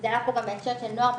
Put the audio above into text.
זה עלה פה בהקשר של נוער בסיכון,